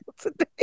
today